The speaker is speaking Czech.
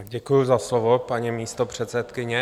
Děkuji za slovo, paní místopředsedkyně.